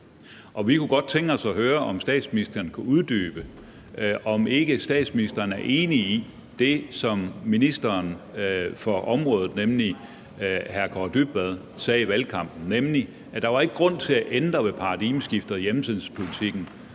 vi kunne godt tænke os at høre, om statsministeren kunne uddybe, om statsministeren ikke er enig i det, som ministeren for området, nemlig udlændinge- og integrationsministeren, sagde i valgkampen, nemlig at der ikke var grund til at ændre ved paradigmeskiftet og hjemsendelsespolitikken